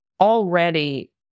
already